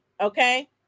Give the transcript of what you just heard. okay